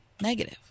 negative